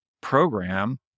program